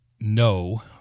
no